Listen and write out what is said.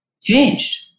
changed